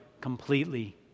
completely